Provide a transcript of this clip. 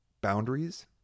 boundaries